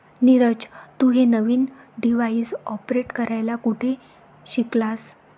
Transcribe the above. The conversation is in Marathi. नीरज, तू हे नवीन डिव्हाइस ऑपरेट करायला कुठे शिकलास?